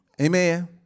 Amen